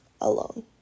alone